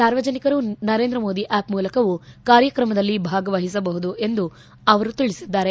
ಸಾರ್ವಜನಿಕರು ನರೇಂದ್ರ ಮೋದಿ ಆಪ್ ಮೂಲಕವೂ ಕಾರ್ಯಕ್ರಮದಲ್ಲಿ ಭಾಗವಹಿಸಬಹುದು ಎಂದು ಅವರು ತಿಳಿಸಿದ್ದಾರೆ